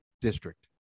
district